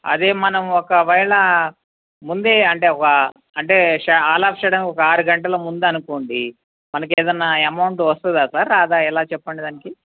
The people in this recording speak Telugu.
అది మనం ఒకవేళ ముందే అంటే ఒక అంటే ఆల్ ఆఫ్ సడన్ ఒక ఆరు గంటల ముందనుకోండి మనకి ఏదైనా అమౌంట్ వస్తుందా సార్ రాదా ఎలా చెప్పండి దానికి